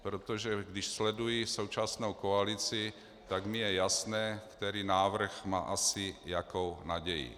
Protože když sleduji současnou koalici, tak mi je jasné, který návrh má asi jakou naději.